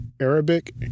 Arabic